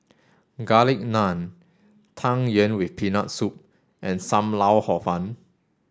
garlic naan tang yuen with peanut soup and Sam Lau Hor Fun